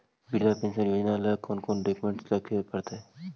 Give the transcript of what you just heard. वृद्धा पेंसन योजना ल कोन कोन डाउकमेंट रखे पड़तै?